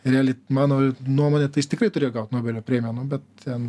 realiai mano nuomone tai jis tikrai turėjo gaut nobelio premiją nu bet ten